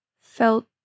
felt